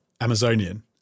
Amazonian